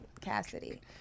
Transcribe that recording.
Cassidy